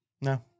No